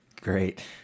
great